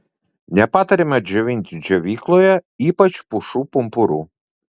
nepatariama džiovinti džiovykloje ypač pušų pumpurų